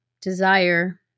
desire